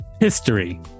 History